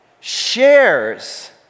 shares